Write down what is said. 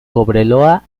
cobreloa